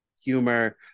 humor